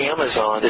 Amazon